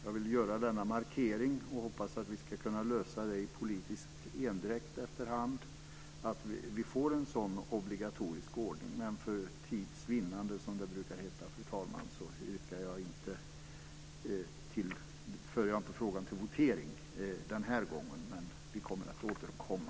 Jag vill göra denna markering och hoppas att vi ska kunna lösa denna fråga efter hand i politisk endräkt, så att vi får en sådan obligatorisk ordning. För tids vinnande, som det brukar heta, fru talman, för jag dock inte frågan till votering den här gången, men vi avser att återkomma.